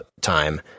time